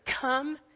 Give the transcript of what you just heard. Come